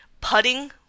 putting